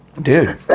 dude